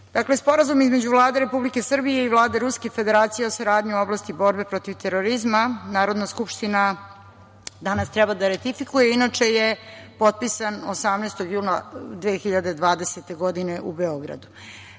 Sporazum između Vlade Republike Srbije i Vlade Ruske Federacije o saradnji u oblasti borbe protiv terorizma, Narodna Skupština danas treba da ratifikuje, inače je potpisan 18. juna 2020. godine u Beogradu. Pre